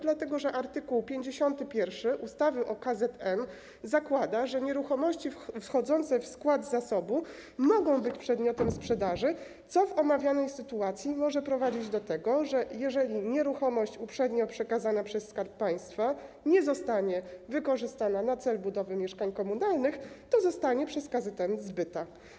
Dlatego że art. 51 ustawy o KZN zakłada, że nieruchomości wchodzące w skład zasobu mogą być przedmiotem sprzedaży, co w omawianej sytuacji może prowadzić do tego, że jeżeli nieruchomość uprzednio przekazana przez Skarb Państwa nie zostanie wykorzystana na cel budowy mieszkań komunalnych, to zostanie przez KZN zbyta.